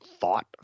thought